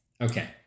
okay